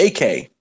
AK